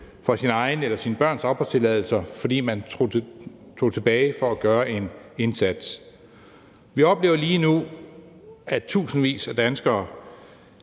for sin egen eller sine børns opholdstilladelser, fordi man tog tilbage for at gøre en indsats. Vi oplever lige nu, at tusindvis af danskere